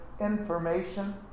information